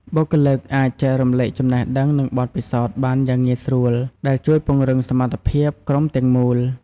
បុគ្គលិកអាចចែករំលែកចំណេះដឹង និងបទពិសោធន៍បានយ៉ាងងាយស្រួល ដែលជួយពង្រឹងសមត្ថភាពក្រុមទាំងមូល។